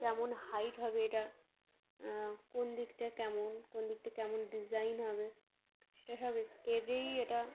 কেমন হাইট হবে এটা কোন দিকটা কেমন কোন দিকটা কেমন ডিজাইন হবে সেটা হবে স্কেচেই এটা